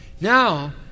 Now